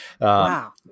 Wow